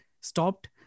stopped